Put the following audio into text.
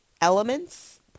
Elements